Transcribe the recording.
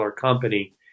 company